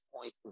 point